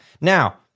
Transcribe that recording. Now